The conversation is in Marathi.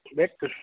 भेटतील